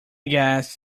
guess